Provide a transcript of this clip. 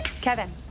Kevin